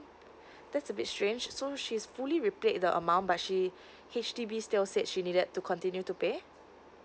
that's a bit strange so she's fully repaid the amount but she H_D_B still said she needed to continue to pay